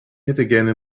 hätte